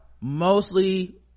mostly